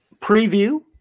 preview